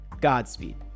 Godspeed